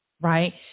right